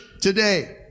today